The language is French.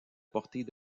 porter